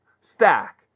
stack